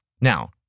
Now